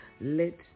Let